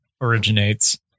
Originates